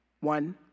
one